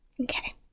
Okay